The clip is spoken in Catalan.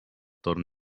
torn